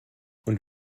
und